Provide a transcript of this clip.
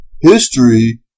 History